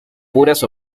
puras